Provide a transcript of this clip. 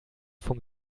vom